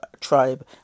tribe